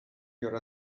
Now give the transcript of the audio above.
your